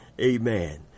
Amen